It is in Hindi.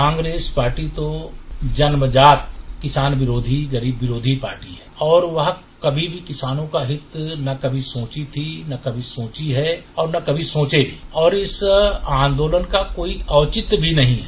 कांग्रेस पार्टी को जन्मजात किसान विरोधी गरीब विरोधी पार्टी है और वह काभी भी किसानों का हित न कभी सोची थी न कभी सोची है और न कभी सोचेंगी और इस आन्दोलन का कोई औचित्य नहीं है